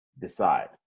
Decide